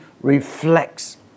reflects